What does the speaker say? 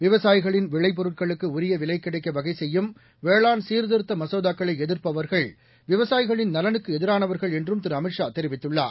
விவசாயிகளின் விளைபொருட்களுக்கு உரிய விலை கிடைக்க வகை செய்யும் வேளாண் சீர்திருத்த மசோதாக்களை எதிர்ப்பவர்கள் விவசாயிகளின் நலனுக்கு எதிரானவர்கள் என்றும் திரு அமித் ஷா தெரிவித்துள்ளார்